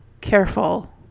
careful